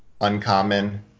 Uncommon